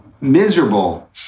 miserable